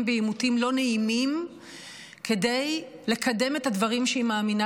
בעימותים לא נעימים כדי לקדם את הדברים שהיא מאמינה